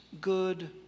good